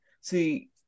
see